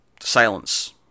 silence